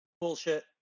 Bullshit